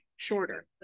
shorter